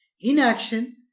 Inaction